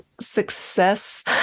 success